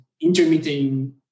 intermittent